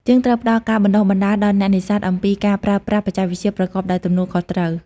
យើងត្រូវផ្តល់ការបណ្ដុះបណ្ដាលដល់អ្នកនេសាទអំពីការប្រើប្រាស់បច្ចេកវិទ្យាប្រកបដោយទំនួលខុសត្រូវ។